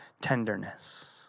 tenderness